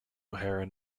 heron